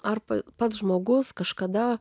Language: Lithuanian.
arba pats žmogus kažkada